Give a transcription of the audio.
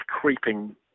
creeping